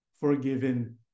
forgiven